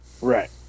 right